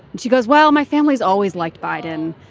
she goes, well, my family's always liked biden.